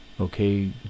Okay